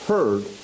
heard